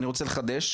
אני רוצה לחדש,